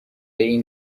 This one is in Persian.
این